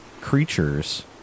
creatures